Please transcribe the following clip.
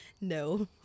No